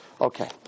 Okay